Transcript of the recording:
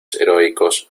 heroicos